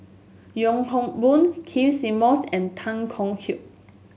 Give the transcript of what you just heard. Yong Hock Boon Keith Simmons and Tan Kong Hye